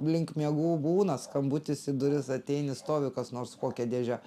link miegų būna skambutis į duris ateini stovi kas nors su kokia dėže